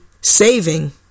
saving